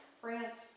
France